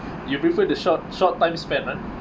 you prefer the short short time spend ah